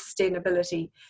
sustainability